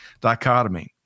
dichotomy